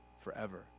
forever